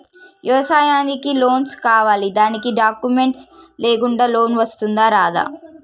వ్యవసాయానికి లోన్స్ కావాలి దానికి డాక్యుమెంట్స్ లేకుండా లోన్ వస్తుందా రాదా?